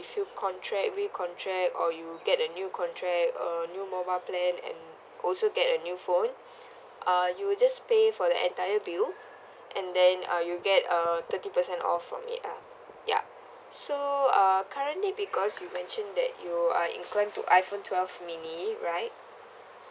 if you contract recontract or you get a new contract a new mobile plan and also get a new phone uh you'll just pay for the entire bill and then uh you'll get a thirty percent off from it lah yup so uh currently because you mention that you are incline to iPhone twelve mini right